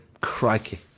Crikey